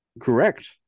correct